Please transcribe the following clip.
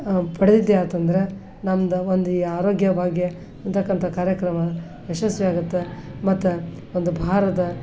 ಪಡೆದಿದ್ದೇ ಆಯ್ತು ಅಂದ್ರೆ ನಮ್ಮದು ಒಂದು ಈ ಆರೋಗ್ಯ ಭಾಗ್ಯ ಅಂತಕ್ಕಂಥ ಕಾರ್ಯಕ್ರಮ ಯಶಸ್ವಿ ಆಗುತ್ತೆ ಮತ್ತು ಒಂದು ಭಾರತ